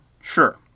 Sure